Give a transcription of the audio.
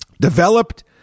developed